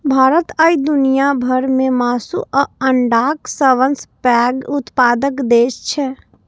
भारत आइ दुनिया भर मे मासु आ अंडाक सबसं पैघ उत्पादक देश छै